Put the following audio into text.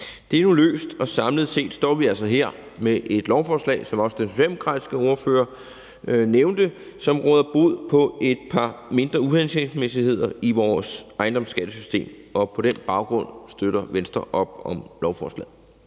Det er nu løst, og samlet set står vi altså her med et lovforslag, der, som også den socialdemokratiske ordfører nævnte, råder bod på et par mindre uhensigtsmæssigheder i vores ejendomsskattesystem, og på den baggrund støtter Venstre op om lovforslaget.